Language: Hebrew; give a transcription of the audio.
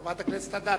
חברת הכנסת אדטו.